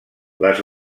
les